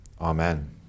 Amen